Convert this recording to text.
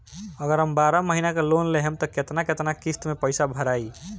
अगर हम बारह महिना के लोन लेहेम त केतना केतना किस्त मे पैसा भराई?